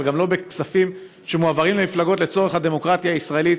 אבל גם לא בכספים שמועברים למפלגות לצורך הדמוקרטיה הישראלית,